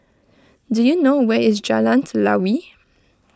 do you know where is Jalan Telawi